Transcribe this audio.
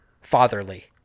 fatherly